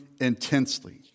intensely